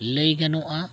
ᱞᱟᱹᱭ ᱜᱟᱱᱚᱜᱼᱟ